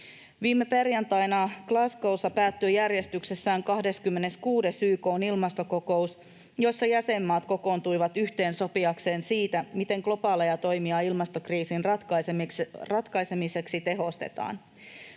Viime perjantaina Glasgow’ssa päättyi järjestyksessään 26. YK:n ilmastokokous, jossa jäsenmaat kokoontuivat yhteen sopiakseen siitä, miten globaaleja toimia ilmastokriisin ratkaisemiseksi tehostetaan.